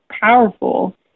powerful